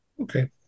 Okay